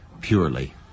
purely